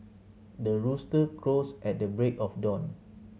the rooster crows at the break of dawn